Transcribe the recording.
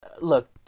Look